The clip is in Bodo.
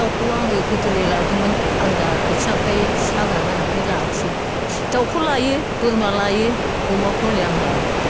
दाउखौ आङो गोदोलाय लादोंमोन आं दा आथिं आखाइ साग्रा गोनांखाय लायाखसै दाउखौ लायो बोरमा लायो अमाखौ हले आं लायाखै दा